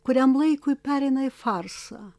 kuriam laikui pereina į farsą